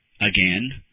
Again